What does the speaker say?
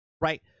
Right